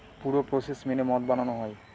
পুরো প্রসেস মেনে মদ বানানো হয়